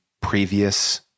previous